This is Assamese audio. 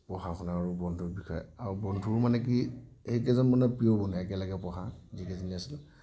পঢ়া শুনা আৰু বন্ধুৰ বিষয়ে আৰু বন্ধু মানে কি এইকেইজন মানে প্ৰিয় বন্ধু একেলগে পঢ়া যিকেইজন আছে